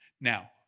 Now